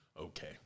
Okay